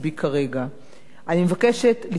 אני מבקשת לתמוך בהצעת החוק הזאת.